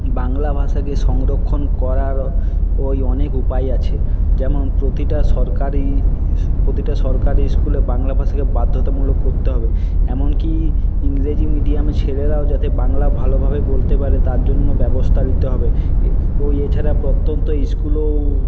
বাংলা ভাষাকে সংরক্ষণ করার ওই অনেক উপায় আছে যেমন প্রতিটা সরকারি প্রতিটা সরকারি ইস্কুলে বাংলা ভাষাকে বাধ্যতামূলক করতে হবে এমনকি ইংরেজি মিডিয়ামের ছেলেরাও যাতে বাংলা ভালোভাবে বলতে পারে তার জন্য ব্যবস্থা নিতে হবে ওই এছাড়া প্রত্যন্ত ইস্কুলেও